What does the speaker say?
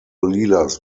leaders